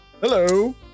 hello